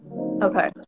Okay